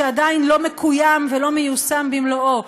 שעדיין לא מקוים ולא מיושם במלואו,